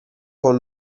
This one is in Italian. con